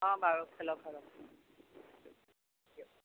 অ' বাৰু খেলক খেলক